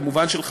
כמובן של חשמל,